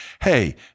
Hey